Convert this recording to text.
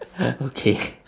okay